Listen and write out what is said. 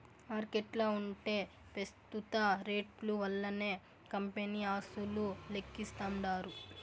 మార్కెట్ల ఉంటే పెస్తుత రేట్లు వల్లనే కంపెనీ ఆస్తులు లెక్కిస్తాండారు